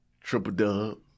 triple-dub